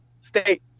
state